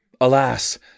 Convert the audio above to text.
Alas